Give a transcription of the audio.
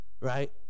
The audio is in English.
right